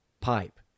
pipe